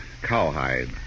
Cowhide